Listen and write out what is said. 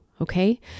okay